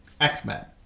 X-Men